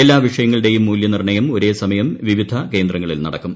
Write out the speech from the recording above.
എല്ലാ വിഷയങ്ങളുടേയും മൂല്യനിർണ്ണയം ഒരേ സമയം വിവിധ കേന്ദ്രങ്ങളിൽ നടക്കും